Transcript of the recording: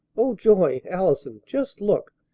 oh, joy, allison! just look!